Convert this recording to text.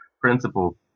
principle